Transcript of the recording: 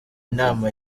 inama